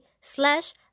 slash